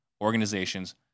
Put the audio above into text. organizations